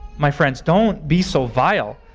my friends, don't be so vile.